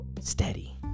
steady